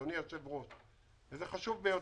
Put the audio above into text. אדוני היושב-ראש, זה חשוב ביותר.